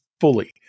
fully